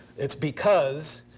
it's because,